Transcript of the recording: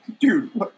dude